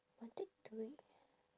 are they doing